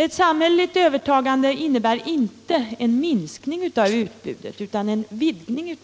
Ett samhälleligt övertagande innebär inte en minskning av utbudet utan en vidgning.